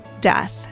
death